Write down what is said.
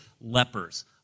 lepers